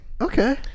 Okay